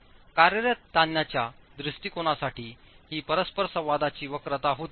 कार्यरत ताणण्याच्या दृष्टिकोनासाठीही परस्परसंवादाची वक्रता होती